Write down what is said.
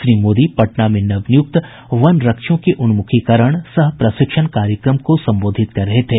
श्री मोदी पटना में नवनियुक्त वन रक्षियों के उन्मुखीकरण यह प्रशिक्षण कार्यक्रम को संबोधित कर रहे थे